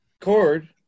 Cord